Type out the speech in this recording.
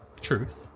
Truth